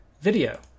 video